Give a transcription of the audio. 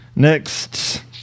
Next